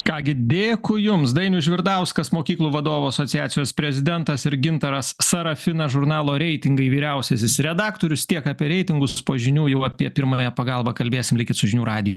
ką gi dėkui jums dainius žvirdauskas mokyklų vadovų asociacijos prezidentas ir gintaras sarafinas žurnalo reitingai vyriausiasis redaktorius tiek apie reitingus po žinių jau apie pirmąją pagalbą kalbėsim likit su žinių radiju